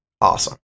Awesome